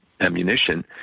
ammunition